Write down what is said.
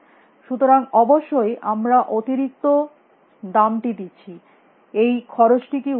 সুতরাং অবশ্যই আমরা অতিরিক্ত দামটি দিচ্ছি এই খরচ টি কী উপযুক্ত